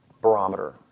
barometer